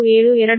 1724 j0